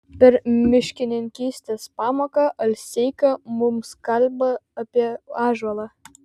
per miškininkystės pamoką alseika mums kalba apie ąžuolą